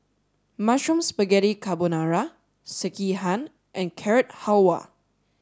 Mushroom Spaghetti Carbonara Sekihan and Carrot Halwa